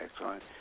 Excellent